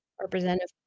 Representative